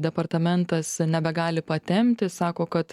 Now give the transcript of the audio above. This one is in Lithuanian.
departamentas nebegali patempti sako kad